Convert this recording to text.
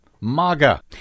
MAGA